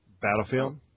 Battlefield